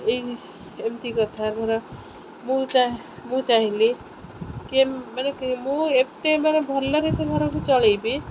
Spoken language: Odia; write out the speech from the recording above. ଏଇ ଏମିତି କଥା ଘର ମୁଁ ଚାହେଁ ମୁଁ ଚାହିଁଲି କି ମାନେ କି ମୁଁ ଏତେ ମାନେ ଭଲରେ ସେ ଘରକୁ ଚଳାଇବି